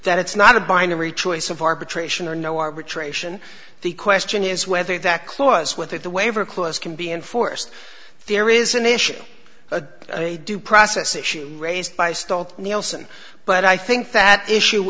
that it's not a binary choice of arbitration or no arbitration the question is whether that clause with that the waiver clause can be enforced there is an issue of a due process issue raised by stalled nielson but i think that issue